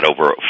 over